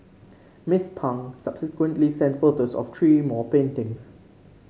Miss Pang subsequently sent photos of three more paintings